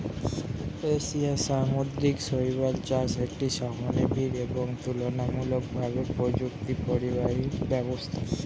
এশিয়ার সামুদ্রিক শৈবাল চাষ একটি শ্রমনিবিড় এবং তুলনামূলকভাবে প্রযুক্তিপরিহারী ব্যবসা